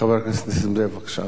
חבר הכנסת נסים זאב, בבקשה.